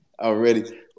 already